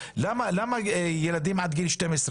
למה ההטבה רק להורים לילדים עד גיל 12?